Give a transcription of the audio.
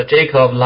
Jacob